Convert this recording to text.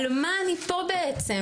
על מה אני פה בעצם?